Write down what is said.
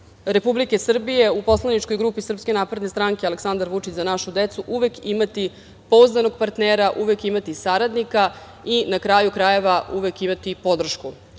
Republike Srbije u Poslaničkoj grupi Srpske napredne stranke „Aleksandar Vučić – Za našu decu“ uvek imati pouzdanog partnera, uvek imati saradnika i, na kraju krajeva, uvek imati podršku. Upravo